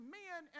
men